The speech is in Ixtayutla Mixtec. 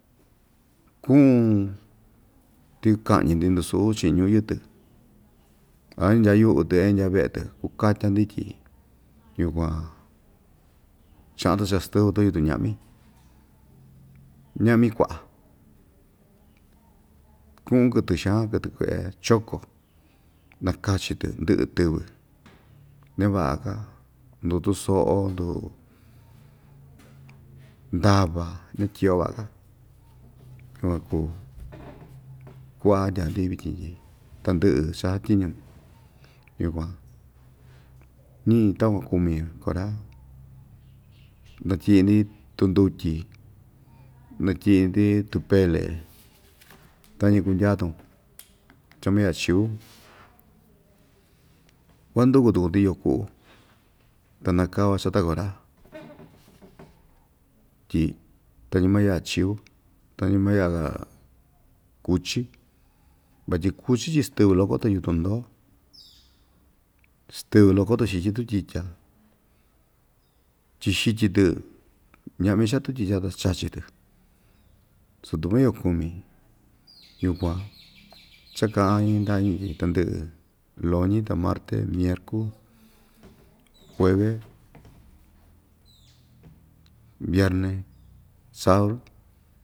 Ku'un ti ka'ñi‑ndi ndusu'u chi'in ñu'u yɨtɨ a inya yu'u‑tɨ a indya ve'e‑tɨ kuakatya‑ndi tyi yukuan cha'an‑tɨ chastɨvɨ‑tɨ yutun ña'mi ña'mi kua'a ku'un kɨtɨ xan kɨtɨ kue'e choko nakachi‑tɨ ndɨ'ɨ tɨvɨ ñava'a‑ka ndu tuso'o ndu ndava ñatyi'o va'a‑ka yukuan kuu kua'a ndya‑ndi vityin tyi tandɨ'ɨ cha satyiñu yukuan ñi'i takuan kumi kora natyi'i‑ndi tundutyi natyi'i‑ndi tupele tañi kundya‑tun chamaya'a chiu kuanduku tuku‑ndi yo'o ku'u ta nakava chata kora tyi tañi maya'a chiu tañi maya'a kuchi vatyi kuchí tyi stɨvɨ loko‑tɨ yutun ndoo stɨvɨ loko‑tun xityin tutyitya tyi'ixityi‑tɨ ña'mi cha'a tutyitya ta chachi‑tɨ su tu ma‑yoo kumi yukuan cha‑ka'in ndañi tyi tandɨ'ɨ loñi ta marte nerku jueve vierne, sauru.